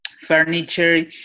Furniture